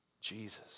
Jesus